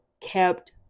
kept